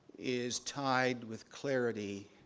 is tied with clarity,